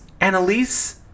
Annalise